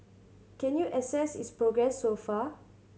can you assess its progress so far